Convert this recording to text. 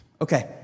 Okay